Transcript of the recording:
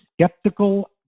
skeptical